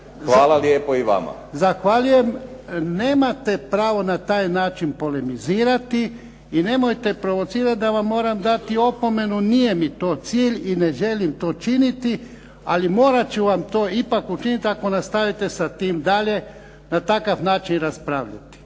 Ivan (HDZ)** Zahvaljujem. Nemate pravo na taj način polemitizirati i nemojte provocirati da vam moram dati opomenu, nije mi to cilj i ne želim to činiti, ali morati ću vam to ipak učiniti ako nastavite sa time dalje na takav način raspravljati.